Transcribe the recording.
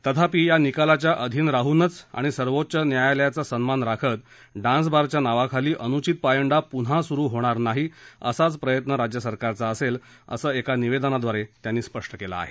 तथापि या निकालाच्या अधीन राहून आणि सर्वोच्च न्यायालयाचा सन्मान राखत डान्सबारच्या नावाखाली अनुचित पायंडा पुन्हा सुरू होणार नाही असाच प्रयत्न राज्य सरकारचा असेलअसं एका निवेदनाद्वारे त्यांनी स्पष्ट केलं आहे